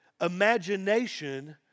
imagination